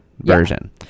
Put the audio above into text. Version